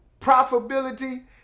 profitability